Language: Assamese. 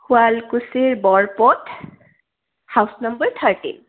শুৱালকুছিৰ বৰপথ হাউচ নম্বৰ থাৰ্টি